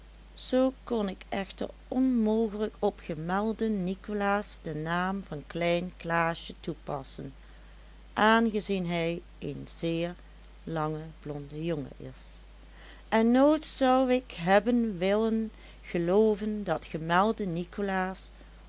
zoo kon ik echter onmogelijk op gemelden nicolaas den naam van klein klaasje toepassen aangezien hij een zeer lange blonde jongen is en nooit zou ik hebben willen gelooven dat gemelde nicolaas